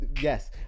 yes